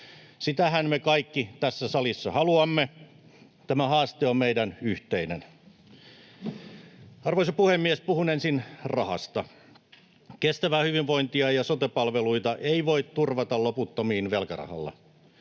Sitähän me kaikki tässä salissa haluamme. Tämä haaste on meidän yhteinen. Arvoisa puhemies! Puhun ensin rahasta. Kestävää hyvinvointia ja sote-palveluita ei voi turvata loputtomiin velkarahalla.